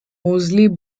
moseley